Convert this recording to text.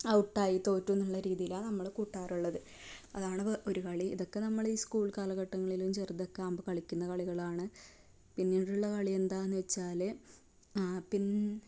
ഔട്ടായി തോറ്റുവെന്നുള്ള രീതിയിലാ നമ്മൾ കൂട്ടാറുള്ളത് അതാണ് ഒരു കളി ഇതൊക്കെ നമ്മൾ ഈ സ്കൂൾ കാലഘട്ടങ്ങളിലും ചെറുതൊക്കെ ആകുമ്പോൾ കളിക്കുന്ന കളികളാണ് പിന്നീടുള്ള കളി എന്താണെന്ന് വെച്ചാൽ പിൻ